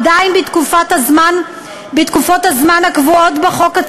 עדיין בתקופות הזמן הקבועות בחוק,